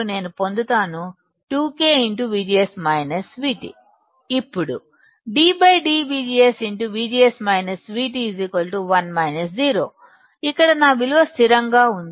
నేను పొందుతాను 2K ఇప్పుడు ddVGS 1 0 ఇక్కడ నా విలువ స్థిరంగా ఉంది